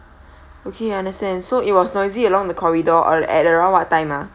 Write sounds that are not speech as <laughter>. okay I understand so it was noisy along the corridor <noise> at around what time ah